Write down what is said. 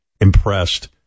impressed